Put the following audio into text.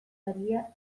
saria